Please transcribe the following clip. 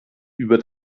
über